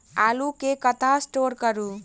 आलु केँ कतह स्टोर करू?